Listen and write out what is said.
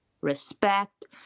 respect